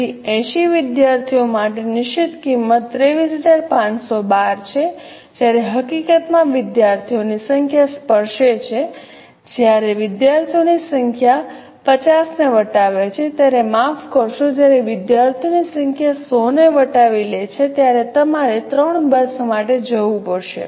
તેથી 80 વિદ્યાર્થીઓ માટે નિશ્ચિત કિંમત 23512 છે જ્યારે હકીકતમાં વિદ્યાર્થીઓની સંખ્યા સ્પર્શે છે જ્યારે વિદ્યાર્થીઓની સંખ્યા 50 ને વટાવે છે ત્યારે માફ કરશો જ્યારે વિદ્યાર્થીઓની સંખ્યા 100 ને વટાવી લે છે ત્યારે તમારે 3 બસ માટે જવું પડશે